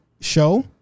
show